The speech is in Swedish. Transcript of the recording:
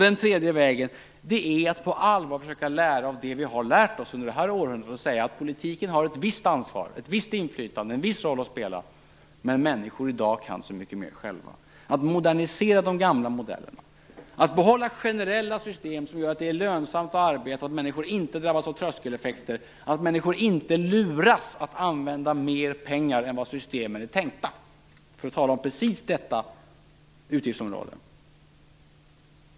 Den tredje vägen är att på allvar försöka lära av det vi har lärt oss under det här århundradet och säga att politiken har ett visst ansvar, ett visst inflytande, en viss roll att spela, men människor i dag kan så mycket mer själva. Det handlar om att modernisera de gamla modellerna, att behålla generella system som gör att det är lönsamt att arbeta så att människor inte drabbas av tröskeleffekter och så att människor inte luras att använda mer pengar än vad systemen är tänkta för - för att tala om precis detta utgiftsområde.